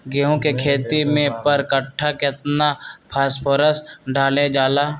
गेंहू के खेती में पर कट्ठा केतना फास्फोरस डाले जाला?